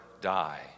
die